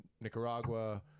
nicaragua